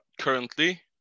currently